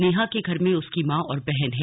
नेहा के घर में उसकी माँ और बहन हैं